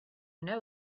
know